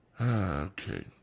Okay